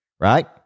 right